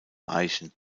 eichen